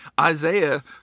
Isaiah